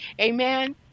Amen